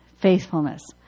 faithfulness